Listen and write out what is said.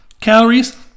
calories